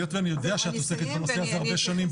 היות ואני יודע שאת עוסקת בנושא הזה הרבה שנים,